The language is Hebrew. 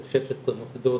זה 16 מוסדות